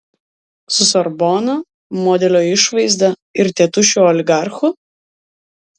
su sorbona modelio išvaizda ir tėtušiu oligarchu